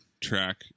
track